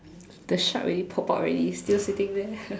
the shark already pop out already still sitting there